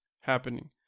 happening